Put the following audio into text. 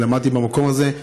אני למדתי במקום הזה,